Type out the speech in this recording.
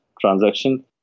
transaction